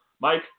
Mike